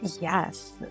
Yes